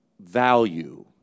value